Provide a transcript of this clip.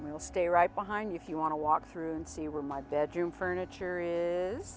will stay right behind you you want to walk through and see where my bedroom furniture is